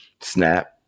snap